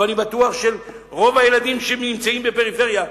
אבל אני בטוח שרוב הילדים שנמצאים בפריפריה,